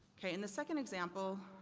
okay, in the second example,